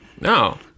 no